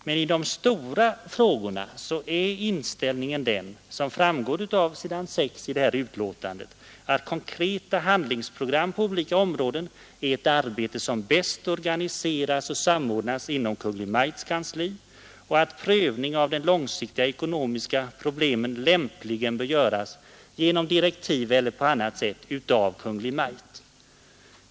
Men i de stora frågorna är dess inställning såsom framgår av s. 6 i finansutskottets betänkande att konkreta handlingsprogram på olika områden är ett arbete som bäst organiseras och samordnas inom Kungl. Maj:ts kansli och att prövning av långsiktiga ekonomiska problem lämpligen bör göras genom direktiv eller på annat sätt av Kungl. Maj:t.